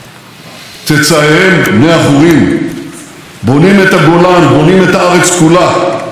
בונים את הארץ כולה בפריחה שלא הייתה כדוגמתה בתולדות ישראל.